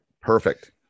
Perfect